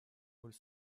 роль